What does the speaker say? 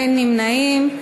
אין נמנעים.